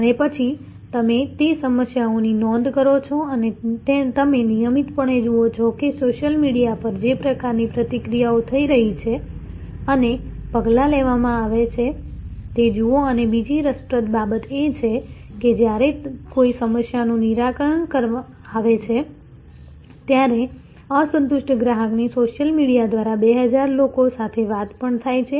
અને પછી તમે તે સમસ્યાઓની નોંધ કરો છો અને તમે નિયમિતપણે જુઓ છો કે સોશિયલ મીડિયા પર જે પ્રકારની પ્રતિક્રિયાઓ થઈ રહી છે અને પગલાં લેવામાં આવે છે તે જુઓ અને બીજી રસપ્રદ બાબત એ છે કે જ્યારે કોઈ સમસ્યાનું નિરાકરણ આવે છે ત્યારે અસંતુષ્ટ ગ્રાહકની સોશિયલ મીડિયા દ્વારા 2000 લોકો સાથે વાત પણ થાય છે